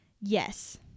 Yes